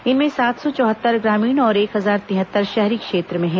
इनमें सात सौ चौहत्तर ग्रामीण और एक हजार तिहत्तर शहरी क्षेत्र में हैं